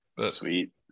Sweet